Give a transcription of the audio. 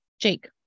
Jake